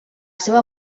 seva